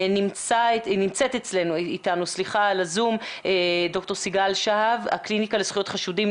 נמצאת איתנו בזום ד"ר סיגל שהב מהקליניקה לזכויות חשודים,